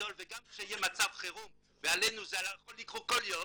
גדול וגם כשיהיה מצב חירום וזה יכול לקרות כל יום,